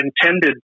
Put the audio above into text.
intended